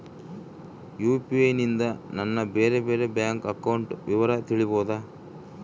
UPI ನಿಂದ ನನ್ನ ಬೇರೆ ಬೇರೆ ಬ್ಯಾಂಕ್ ಅಕೌಂಟ್ ವಿವರ ತಿಳೇಬೋದ?